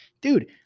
Dude